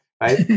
right